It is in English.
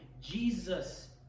Jesus